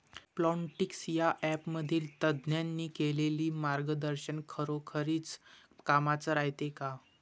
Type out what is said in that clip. Plantix या ॲपमधील तज्ज्ञांनी केलेली मार्गदर्शन खरोखरीच कामाचं रायते का?